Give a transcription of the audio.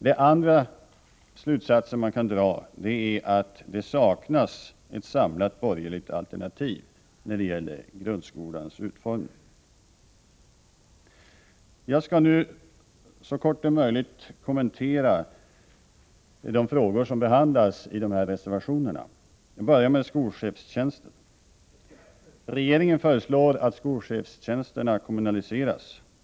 Den andra slutsatsen som man kan dra är att det saknas ett samlat borgerligt alternativ när det gäller grundskolans utformning. Jag skall nu så kort det är möjligt kommentera de frågor som behandlas i reservationerna. Jag börjar med frågan om skolchefstjänsterna. Regeringen föreslår att skolchefstjänsterna kommunaliseras.